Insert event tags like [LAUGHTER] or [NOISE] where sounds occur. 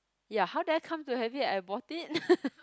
ya how do I come to have it I bought it [LAUGHS]